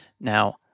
Now